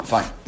Fine